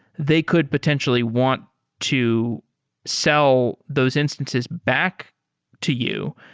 they could potentially want to sell those instances back to you.